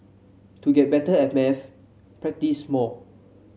to get better at maths practise more